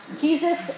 Jesus